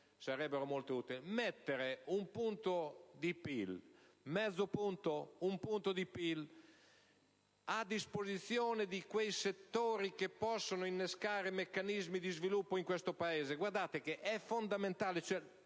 consideriamo molto utili, tra cui mettere mezzo punto o un punto di PIL a disposizione di quei settori che possono innescare meccanismi di sviluppo in questo Paese. Guardate che è fondamentale: